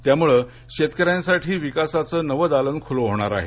त्यामुळं शेतकऱ्यांसाठी विकासाचं नाव दालन खुलं होणार आहे